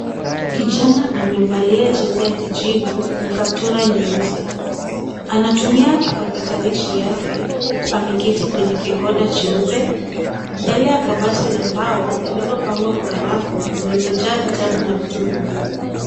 Kijana amevalia jezi ya kijivu na kaptura nyeusi. Anatumia kipakatalishi yake huku ameketi kwenye kigoda cheupe mbele ya makabati la mbao lililo pangwa kwa rafu zilizo jaa vitabu na vitu vingine.